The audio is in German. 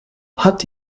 hat